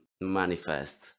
manifest